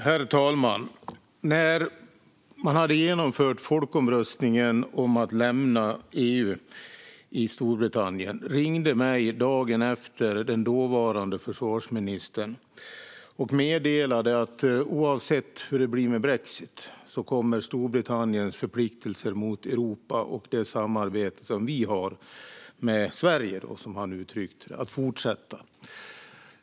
Herr talman! Dagen efter att Storbritannien hade genomfört folkomröstningen om att lämna EU ringde den dåvarande försvarsministern mig och meddelade att oavsett hur det blir med brexit kommer Storbritanniens förpliktelser mot Europa och det samarbete som man har med Sverige att fortsätta.